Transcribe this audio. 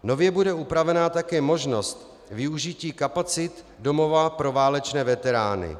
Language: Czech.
Nově bude upravena také možnost využití kapacit domova pro válečné veterány.